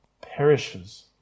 perishes